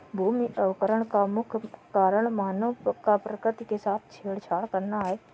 भूमि अवकरण का मुख्य कारण मानव का प्रकृति के साथ छेड़छाड़ करना है